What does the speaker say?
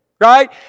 Right